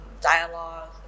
dialogue